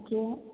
okay